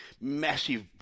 massive